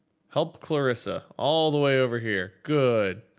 help clarissa all the way over here, good.